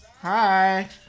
hi